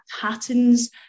patterns